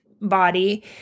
body